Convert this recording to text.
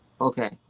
Okay